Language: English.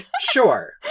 sure